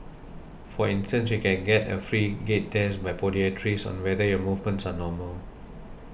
for instance you can get a free gait test by podiatrists on whether your movements are normal